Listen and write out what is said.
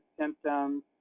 symptoms